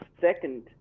second